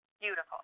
beautiful